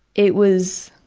it was